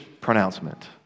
pronouncement